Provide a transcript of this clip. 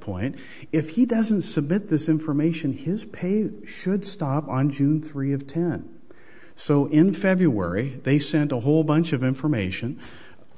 point if he doesn't submit this information his pay should stop on june thirtieth ten so in february they sent a whole bunch of information